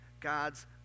God's